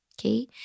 okay